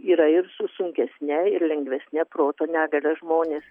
yra ir su sunkesne ir lengvesne proto negalia žmonės